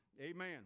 Amen